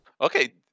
Okay